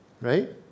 right